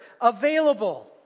available